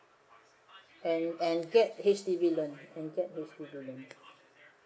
and and get H_D_B loan and get H_D_B loan